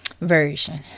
version